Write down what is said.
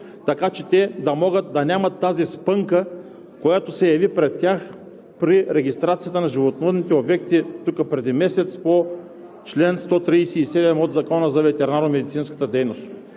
така че те да нямат тази спънка, която се яви пред тях при регистрацията на животновъдните обекти преди месец по чл. 137 от Закона за ветеринарномедицинската дейност.